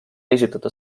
esitada